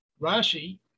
Rashi